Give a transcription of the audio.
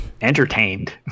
entertained